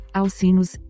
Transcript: alcinos